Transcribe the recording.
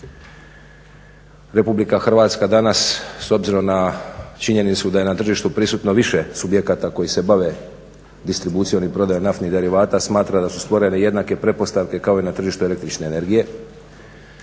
RH danas s obzirom na činjenicu da je na tržištu prisutno više subjekata koji se bave distribucijom i prodajom naftnih derivata smatra da su stvorene jednake pretpostavke kao i na tržištu el.energije